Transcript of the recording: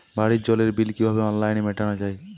বাড়ির জলের বিল কিভাবে অনলাইনে মেটানো যায়?